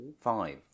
Five